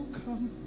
come